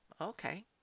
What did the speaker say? Okay